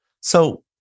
So-